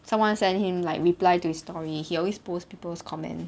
someone send him like reply to his story he always post people's comments